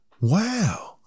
Wow